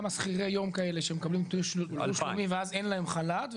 כמה שכירי יום כאלה שמקבלים תלוש יומי ואז אין להם חל"ת,